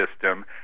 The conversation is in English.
system